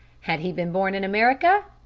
had he been born in america,